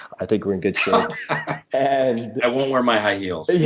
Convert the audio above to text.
i think we're in good shape. and i won't wear my high heels.